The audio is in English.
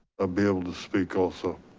ah be able to speak also.